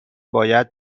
باید